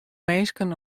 minsken